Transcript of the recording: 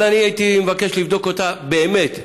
אבל אני הייתי מבקש לבדוק אותה באמת,